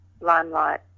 limelight